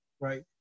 right